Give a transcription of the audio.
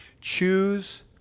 Choose